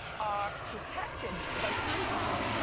are protected by somehow,